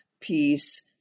peace